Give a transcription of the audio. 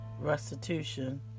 restitution